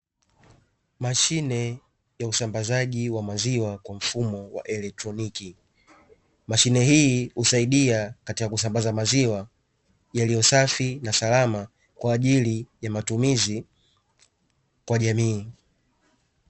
Mashine ya usambazaji wa maziwa kwa mfumo wa eletroniki. Mashine hii husaidia katika kusambaza maziwa yaliyo safi na salama kwa ajili ya matumizi kwa jamii.